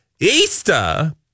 Easter